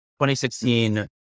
2016